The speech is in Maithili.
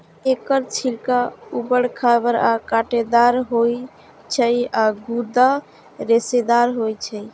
एकर छिलका उबर खाबड़ आ कांटेदार होइ छै आ गूदा रेशेदार होइ छै